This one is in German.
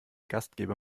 gastgeber